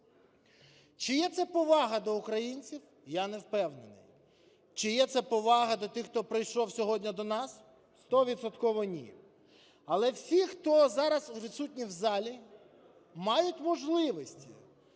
Чи є це повага до українців? Я не впевнений. Чи є це повага до тих, хто прийшов сьогодні до нас? Стовідсотково - ні. Але всі, хто зараз відсутні в залі, мають можливості,